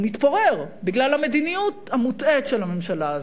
הוא מתפורר בגלל המדיניות המוטעית של הממשלה הזאת,